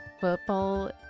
football